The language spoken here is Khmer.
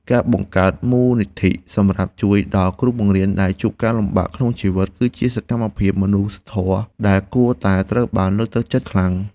ការបង្កើតមូលនិធិសម្រាប់ជួយដល់គ្រូបង្រៀនដែលជួបការលំបាកក្នុងជីវិតគឺជាសកម្មភាពមនុស្សធម៌ដែលគួរតែត្រូវបានលើកទឹកចិត្តខ្លាំង។